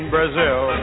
Brazil